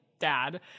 dad